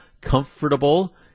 comfortable